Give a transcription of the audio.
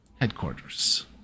headquarters